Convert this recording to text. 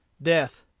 death,